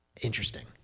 Interesting